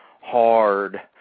hard